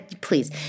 please